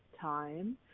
time